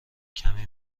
کمی